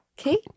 Okay